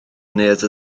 neuadd